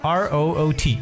root